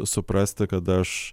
suprasti kad aš